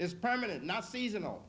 is permanent not seasonal